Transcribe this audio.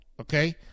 okay